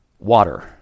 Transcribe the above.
Water